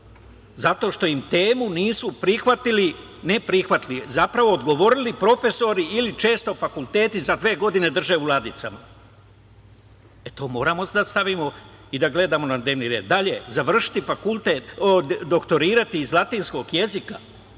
zato što im temu nisu prihvatili, ne prihvatili, zapravo odgovorili profesori ili često fakulteti za dve godine drže u ladicama. E, to moramo da stavimo i na dnevni red. Dalje, doktorirati iz latinskog jezika